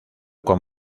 con